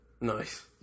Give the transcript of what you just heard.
Nice